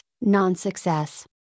non-success